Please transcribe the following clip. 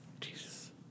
Jesus